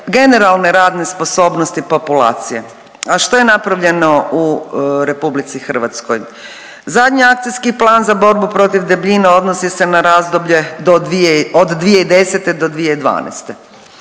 generalne radne sposobnosti populacije, a što je napravljeno u RH? Zadnji akcijski plan za borbu protiv debljine odnosi se na razdoblje od 2010. do 2012.,